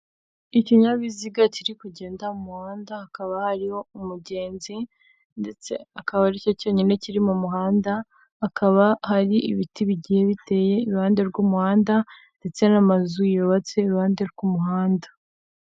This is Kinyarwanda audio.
Ikinyabiziga kiri kugenda mu muhanda hakaba hariho umugenzi ndetse akaba aricyo cyonyine kiri mu muhanda. Akaba hari ibiti bigiye biteye iruhande rw'umuhanda ndetse n'amazu yubatse iruhande rw'umuhanda.